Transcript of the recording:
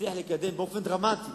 נצליח לקדם באופן דרמטי